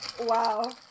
Wow